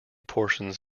portions